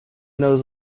knows